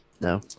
No